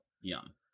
Yum